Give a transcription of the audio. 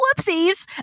Whoopsies